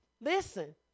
Listen